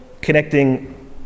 connecting